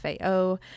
FAO